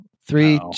Three